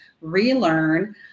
relearn